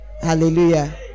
Hallelujah